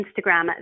Instagram